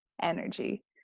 energy